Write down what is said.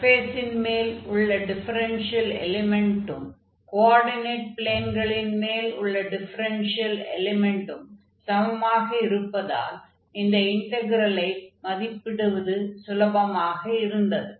சர்ஃபேஸின் மேல் உள்ள டிஃபரென்ஷியல் எலிமென்டும் கோஆர்டினேட் ப்ளேன்களின் மேல் உள்ள டிஃபரென்ஷியல் எலிமென்டும் சமமாக இருப்பதால் இந்த இன்டக்ரெலை மதிப்பிடுவது சுலபமாக இருந்தது